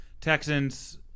Texans –